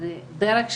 על הדרך שלכם,